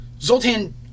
Zoltan